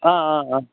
ஆ ஆ ஆ